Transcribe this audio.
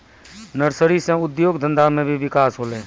nursery से उद्योग धंधा मे भी बिकास होलै